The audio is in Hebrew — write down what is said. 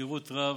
פירוט רב.